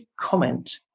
comment